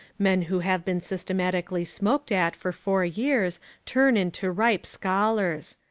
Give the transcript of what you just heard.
men who have been systematically smoked at for four years turn into ripe scholars.